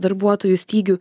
darbuotojų stygių